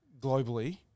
globally